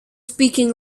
speaking